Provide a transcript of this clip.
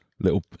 little